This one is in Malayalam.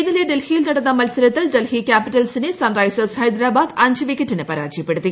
ഇന്നലെ ഡൽഹിയിൽ നടന്ന മൽസരത്തിൽ ഡൽഹി ക്യാപിറ്റൽസിനെ സൺ റൈസേഴ്സ് ഹൈദരാബാദ് അഞ്ച് വിക്കറ്റിന് പരാജയപ്പെടുത്തി